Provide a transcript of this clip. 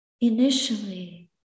Initially